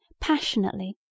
passionately